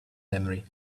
memory